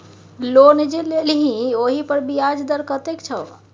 loan जे लेलही ओहिपर ब्याज दर कतेक छौ